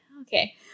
Okay